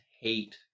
hate